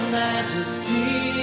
majesty